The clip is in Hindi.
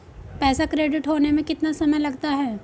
पैसा क्रेडिट होने में कितना समय लगता है?